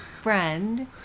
friend